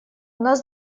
нас